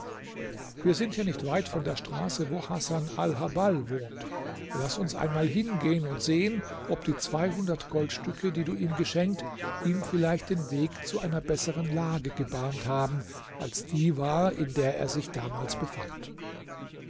wir sind hier nicht weit von der straße wo hasan alhabbal wohnt laß uns einmal hingehen und sehen ob die zweihundert goldstücke die du ihm geschenkt ihm vielleicht den weg zu einer besseren lage gebahnt haben als die war in der er sich damals befand